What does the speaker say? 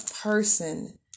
person